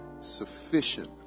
Sufficient